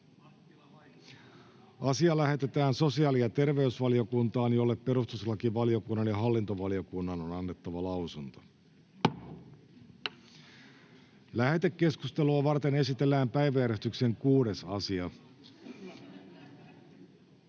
asia lähetetään sosiaali- ja terveysvaliokuntaan, jolle perustuslakivaliokunnan ja talousvaliokunnan on annettava lausunto. Puhemiesneuvosto on 18.10.2024 pitämässään kokouksessa